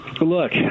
look –